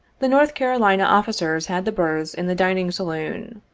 the north carolina officers had the berths in the dining saloon.